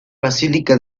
basílica